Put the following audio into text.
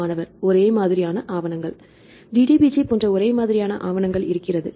மாணவர் ஒரே மாதிரியான ஆவணங்கள் DDBJ போன்ற ஒரே மாதிரியான ஆவணங்கள் இருக்கிறது